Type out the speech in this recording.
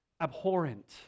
abhorrent